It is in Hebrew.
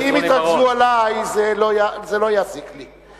כי אם יתרגזו עלי, זה לא יזיק לי.